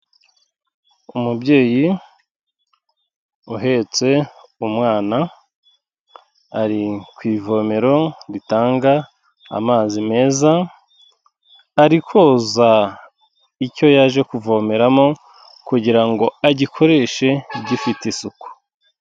Umubyeyi uhetse umwana ari ku ivomero ritanga amazi meza, ari koza icyo yaje kuvomeramo kugira ngo agikoreshe gifite isuku.